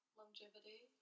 longevity